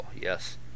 yes